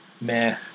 meh